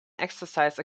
exercise